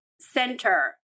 center